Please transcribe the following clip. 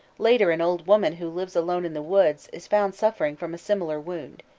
later an old woman who lives alone in the woods is found suffering from a similar wound.